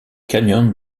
canyon